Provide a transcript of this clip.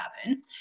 happen